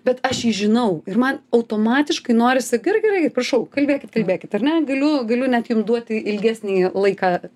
bet aš jį žinau ir man automatiškai norisi gerai gerai prašau kalbėkit kalbėkit ar ne galiu galiu net jum duoti ilgesnį laiką